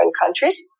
countries